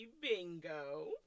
Bingo